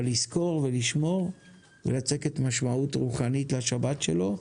אבל לזכור ולשמור ולצקת משמעות רוחנית לשבת שלו.